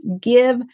Give